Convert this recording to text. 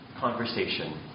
conversation